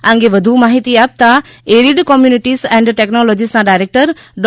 આ અંગે વધુ માહિતી આપતાં એરીડ કોમ્યુનિટીસ એન્ડ ટેકનોલોજીસના ડાયરેક્ટર ડો